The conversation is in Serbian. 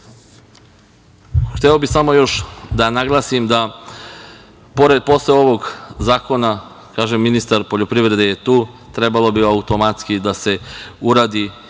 bih samo još da naglasim da posle ovog zakona, kažem, ministar poljoprivrede je tu, trebalo bi automatski da se uradi